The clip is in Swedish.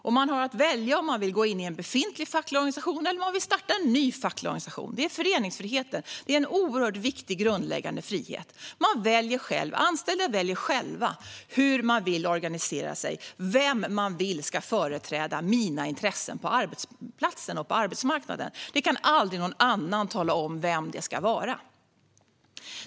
Och man har att välja om man vill gå in i en befintlig facklig organisation eller om man vill starta en ny facklig organisation. Det är föreningsfriheten, en oerhört viktig grundläggande frihet. Som anställd väljer man själv hur man vill organisera sig och vem man vill ska företräda ens intressen på arbetsplatsen och på arbetsmarknaden. Någon annan kan aldrig tala om vem det ska vara.